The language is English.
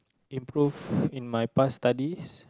improve in my past studies